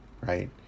right